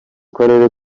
karere